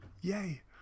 Yay